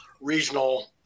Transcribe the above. regional